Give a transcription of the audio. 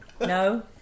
No